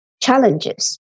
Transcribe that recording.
challenges